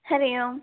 हरिः ओम्